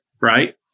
right